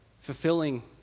fulfilling